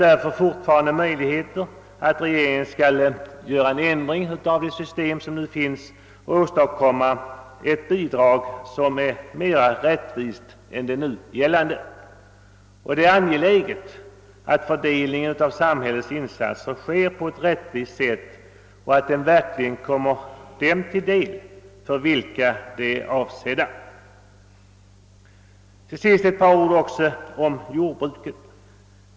Därför finns det ännu möjligheter att regeringen skall utforma ett system för familjebostadsbidraget som är mera rättvist än det nu gällande. Det är alltid angeläget att fördelningen av samhällets insatser sker på ett rättvist sätt och att bidragen verkligen kommer dem till del, för vilka de är avsedda. Till sist ett par ord också om jordbruket.